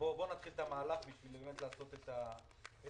להתחיל את המהלך בשביל באמת לעשות את המעבר